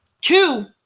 Two